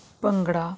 bhangra